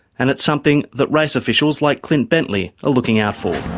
and it's something that race officials like clint bentley are looking out for.